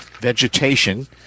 vegetation